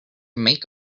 make